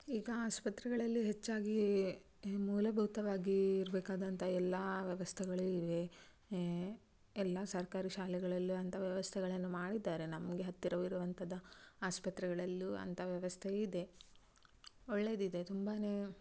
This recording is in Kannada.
ಈಗ ಆಸ್ಪತ್ರೆಗಳಲ್ಲಿ ಹೆಚ್ಚಾಗಿ ಮೂಲಭೂತವಾಗಿ ಇರ್ಬೇಕಾದಂಥ ಎಲ್ಲಾ ವ್ಯವಸ್ಥೆಗಳು ಇವೆ ಎಲ್ಲಾ ಸರ್ಕಾರಿ ಶಾಲೆಗಳಲ್ಲು ಅಂಥ ವ್ಯವಸ್ಥೆಗಳನ್ನು ಮಾಡಿದ್ದಾರೆ ನಮಗೆ ಹತ್ತಿರವಿರುವಂಥ ಆಸ್ಪತ್ರೆಗಳಲ್ಲೂ ಅಂತ ವ್ಯವಸ್ಥೆ ಇದೆ ಒಳ್ಳೆದು ಇದೆ ತುಂಬಾ